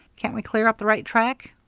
can't we clear up the right track?